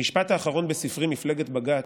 המשפט האחרון בספרי "מפלגת בג"ץ"